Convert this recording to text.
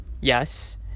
yes